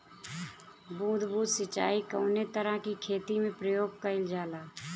बूंद बूंद सिंचाई कवने तरह के खेती में प्रयोग कइलजाला?